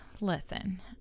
listen